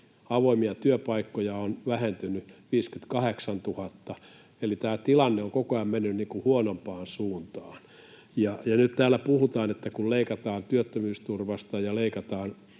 Avoimia työpaikkoja on vähentynyt 58 000. Eli tämä tilanne on koko ajan mennyt huonompaan suuntaamaan. Ja nyt täällä puhutaan, että kun leikataan työttömyysturvasta ja leikataan